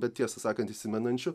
bet tiesą sakant įsimenančiu